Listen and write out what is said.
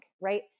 right